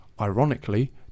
Ironically